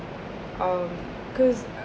um cause